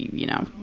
you know,